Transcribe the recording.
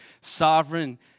sovereign